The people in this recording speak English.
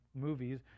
movies